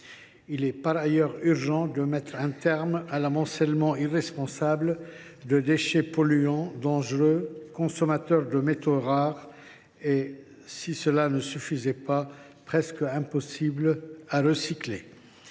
Il est par ailleurs urgent de mettre un terme à l’amoncellement irresponsable de déchets polluants, dangereux, consommateurs de métaux rares et, comme si cela ne suffisait pas, presque impossibles à recycler.